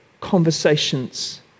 conversations